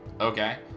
okay